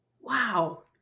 Wow